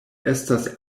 estas